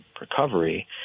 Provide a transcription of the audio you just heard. recovery